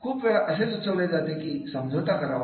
खूप वेळा असे सुचवले जाते की समझोता करावा